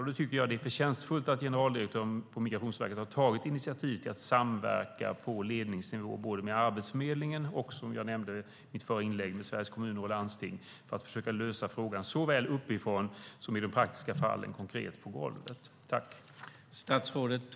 Jag tycker då att det är förtjänstfullt att generaldirektören på Migrationsverket har tagit initiativ till att samverka på ledningsnivå både med Arbetsförmedlingen och, som jag nämnde i mitt förra inlägg, med Sveriges Kommuner och Landsting för att försöka lösa frågan såväl uppifrån som i de praktiska fallen konkret på golvet.